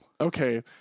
Okay